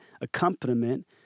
accompaniment